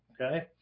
Okay